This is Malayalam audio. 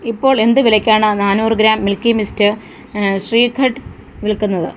ഇപ്പോൾ എന്ത് വിലയ്ക്കാണ് നാനൂറ് ഗ്രാം മിൽക്കി മിസ്റ്റ് ശ്രീഖണ്ഡ് വിൽക്കുന്നത്